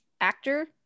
actor